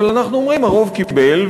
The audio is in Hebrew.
אבל אנחנו אומרים: הרוב קיבל,